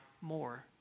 more